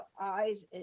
eyes